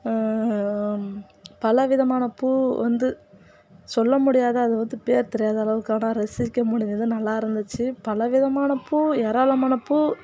பலவிதமான பூ வந்து சொல்ல முடியாது அது வந்து பேர் தெரியாத அளவுக்கு ஆனால் ரசிக்க முடிஞ்சது நல்லா இருந்துச்சு பலவிதமான பூ ஏராளமான பூ